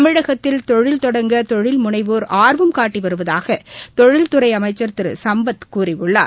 தமிழகத்தில் தொழில் தொடங்க தொழில் முனைவோ் ஆர்வம் காட்டிவருவதாகதொழில்துறைஅமைச்சர் திருசம்பத் கூறியுள்ளார்